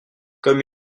comme